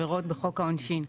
בחוק העונשין.